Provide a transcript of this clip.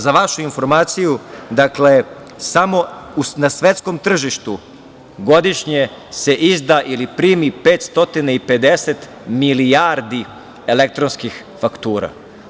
Za vašu informaciju, dakle, samo na svetskom tržištu godišnje se izda ili primi 550 milijardi elektronskih faktura.